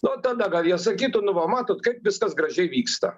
nu tada gal jie sakytų nu va matot kaip viskas gražiai vyksta